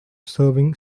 serving